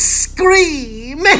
scream